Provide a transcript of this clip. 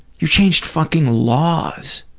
you changed fucking laws.